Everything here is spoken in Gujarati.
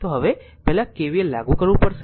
તો હવે પહેલા KVL લાગુ કરવું પડશે